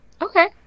Okay